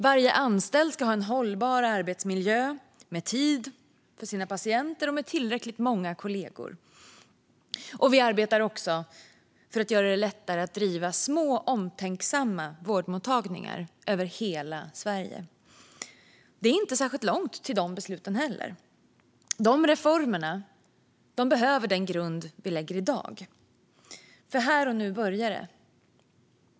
Varje anställd ska också ha en hållbar arbetsmiljö, med tid för patienterna och med tillräckligt många kollegor. Vi arbetar också för att göra det lättare att driva små, omtänksamma vårdmottagningar över hela Sverige. Det är inte särskilt långt till de besluten heller, men de reformerna behöver den grund vi lägger i dag. Här och nu börjar det.